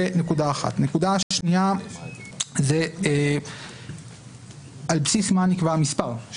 נקודה שנייה היא על בסיס מה נקבע המספר של